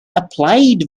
applied